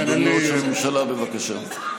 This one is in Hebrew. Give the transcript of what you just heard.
אדוני ראש הממשלה, בבקשה.